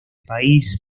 país